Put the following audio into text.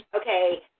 okay –